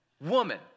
woman